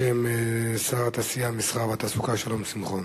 בשם שר התעשייה, המסחר והתעסוקה שלום שמחון.